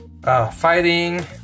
Fighting